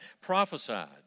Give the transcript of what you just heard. prophesied